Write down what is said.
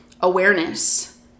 awareness